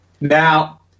Now